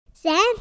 Sam